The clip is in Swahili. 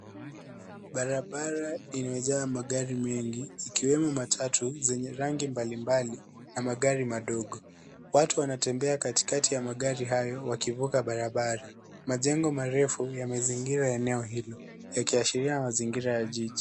Barabara imejaa magari mengi ikiwemo matatu zenye rangi mbalimbali na magari madogo, watu wanatembea katikati ya magari hayo wakivuka barabara, majengo marefu yamezingira eneo hilo yakiashiria mazingira ya jiji.